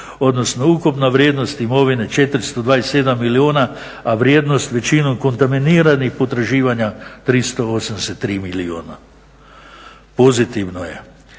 odnosno ukupna vrijednost imovine 427 milijuna, a vrijednost većine kontaminiranih potraživanja 308,3 milijuna. Pozitivno je